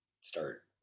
start